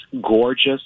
gorgeous